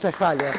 Zahvaljujem.